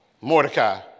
Mordecai